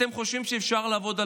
אתם חושבים שאפשר לעבוד על